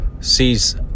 sees